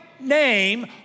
name